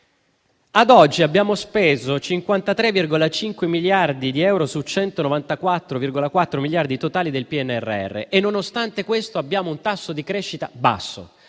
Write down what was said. Ad oggi abbiamo speso 53,5 miliardi di euro su 194,4 miliardi totali del PNRR e nonostante questo, abbiamo un tasso di crescita basso.